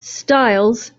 styles